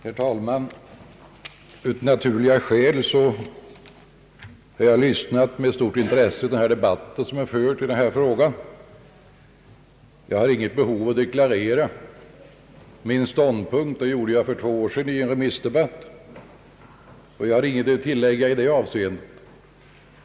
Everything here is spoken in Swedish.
Herr talman! Av naturliga skäl har jag lyssnat med stort intresse till den debatt som förts i denna fråga. Jag har inte något behov av att deklarera min ståndpunkt. Det gjorde jag för två år sedan i en remissdebatt, och jag har ingenting att tillägga i det avseendet.